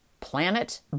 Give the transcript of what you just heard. planet